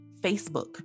Facebook